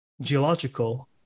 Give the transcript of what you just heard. geological